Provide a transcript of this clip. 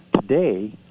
today